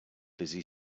busy